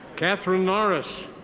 catherine norris.